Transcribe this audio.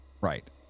Right